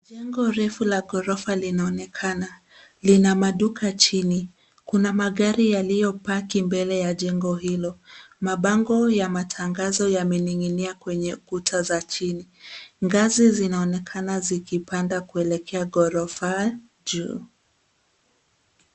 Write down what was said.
Jengo refu la ghorofa linaonekana. Lina maduka chini, kuna magari yaliyopaki mbele ya jengo hilo. Mabango ya matangazo yamening'inia kwenye kuta za chini. Ngazi zinaonekana zikipanda kuelekea ghorofa juu.